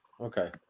Okay